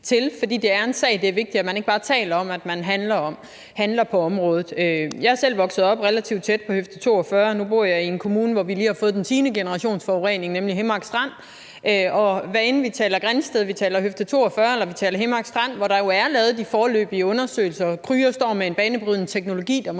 det er vigtigt, at man ikke bare taler om den, men at man handler på området. Jeg er selv vokset op relativt tæt på Høfde 42, og nu bor jeg i en kommune, hvor vi lige har fået den tiende generationsforurening, nemlig på Himmark Strand, og hvad enten vi taler Grindstedværket, Høfde 42 eller Himmark Strand, hvor der jo er lavet de foreløbige undersøgelser – og Krüger står med en banebrydende teknologi, der